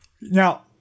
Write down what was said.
Now